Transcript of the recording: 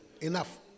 Enough